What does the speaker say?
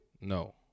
No